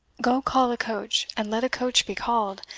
go call a coach, and let a coach be called,